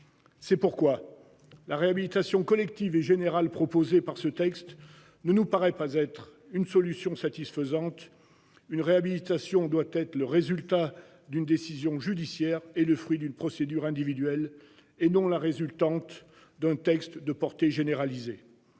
C'est pourquoi la réhabilitation collective et générale proposée par ce texte ne nous paraît pas être une solution satisfaisante. Une réhabilitation doit être le résultat d'une décision judiciaire est le fruit d'une procédure individuelle et non la résultante d'un texte de portée généralisée.